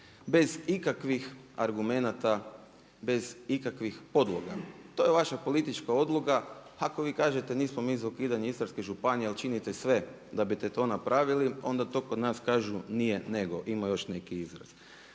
bez ikakvih argumenata, bez ikakvih podloga. To je vaša politička odluka, ako vi kažete nismo mi za ukidanje Istarske županije ali činite sve da bite to napravili onda to kod nas kažu nije-nego, ima još neki izraz.